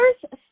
first